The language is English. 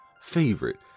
favorite